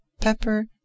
pepper